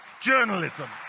Journalism